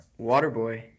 Waterboy